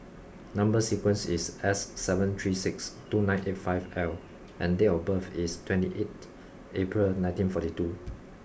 number sequence is S seven three six two nine eight five L and date of birth is twenty eighth April nineteen forty two